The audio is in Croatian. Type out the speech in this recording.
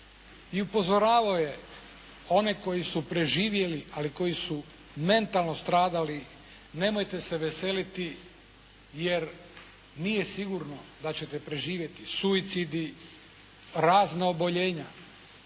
i upozoravao je one koji su preživjeli ali koji su mentalno stradali, nemojte se veseliti jer nije sigurno da ćete preživjeti. Suicidi, razna oboljenja,